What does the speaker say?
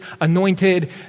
anointed